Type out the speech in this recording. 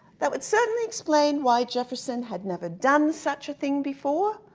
that would certainly explain why jefferson had never done such a thing before,